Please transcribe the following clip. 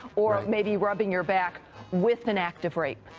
or maybe rubbing your back with an act of rape.